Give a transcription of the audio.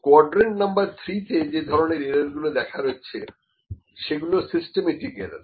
quadrant number 3 তে যে ধরনের এরর গুলো দেখা যাচ্ছে সেগুলি হল সিস্টেমেটিক এরর